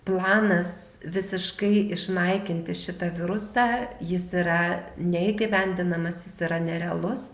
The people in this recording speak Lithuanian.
planas visiškai išnaikinti šitą virusą jis yra neįgyvendinamas jis yra nerealus